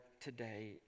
today